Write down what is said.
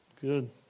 Good